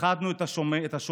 שיחדנו את השומרים,